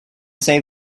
save